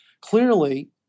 clearly